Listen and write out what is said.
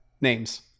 names